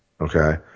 Okay